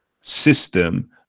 system